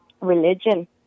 religion